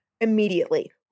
immediately